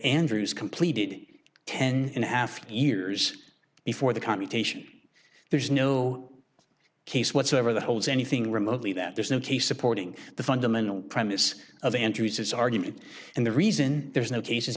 andrew's completed ten and a half years before the commutation there's no case whatsoever that holds anything remotely that there's no case supporting the fundamental premise of andrews's argument and the reason there is no case